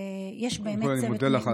אני יכולה להגיד לך,